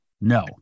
no